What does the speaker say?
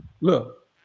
look